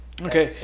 Okay